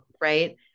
Right